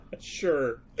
Sure